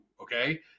okay